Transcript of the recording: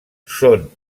són